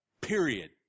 Period